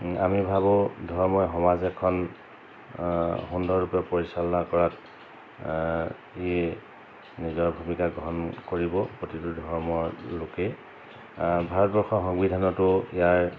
আমি ভাবোঁ ধৰ্মই সমাজ এখন সুন্দৰৰূপে পৰিচালনা কৰাত ই নিজৰ ভূমিকা গ্ৰহণ কৰিব প্ৰতিটো ধৰ্মৰ লোকেই ভাৰতবৰ্ষৰ সংবিধানতো ইয়াৰ